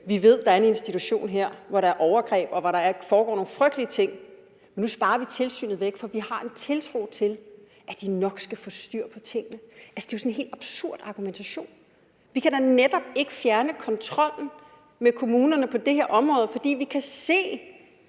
vi ved, der er en institution her, hvor der er overgreb, og hvor der foregår nogle frygtelige ting, men nu sparer vi tilsynet væk, for vi har en tiltro til, at de nok skal få styr på tingene. Altså, det er jo sådan en helt absurd argumentation. Vi kan da netop ikke fjerne kontrollen med kommunerne på det her område, fordi vi kan se,